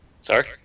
Sorry